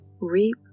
reap